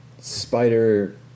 spider